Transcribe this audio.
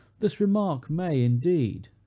this remark may, indeed,